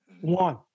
One